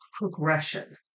progression